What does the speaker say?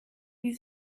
wie